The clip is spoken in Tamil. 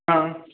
ஆ